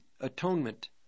atonement